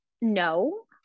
No